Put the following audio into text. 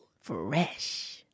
Fresh